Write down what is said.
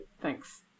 Thanks